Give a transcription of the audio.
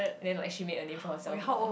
then what she make a name for herself